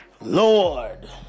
Lord